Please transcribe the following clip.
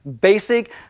basic